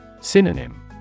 Synonym